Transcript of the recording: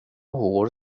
hår